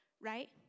right